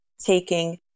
taking